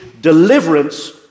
deliverance